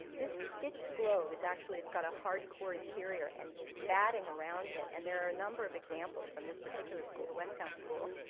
this stitched globe is actually it's got hardcore interior and batting around it and there are number of examples from this particular school, the westtown school,